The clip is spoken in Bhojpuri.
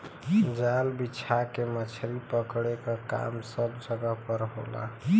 जाल बिछा के मछरी पकड़े क काम सब जगह पर होला